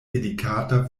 delikata